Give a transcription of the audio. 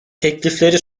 teklifleri